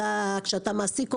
כשאתה מעסיק עובדים,